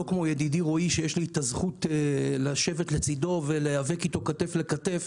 לא כמו ידידי רועי שיש לי הזכות לשבת לצדו ולהיאבק איתו כתף אל כתף